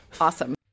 Awesome